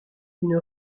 une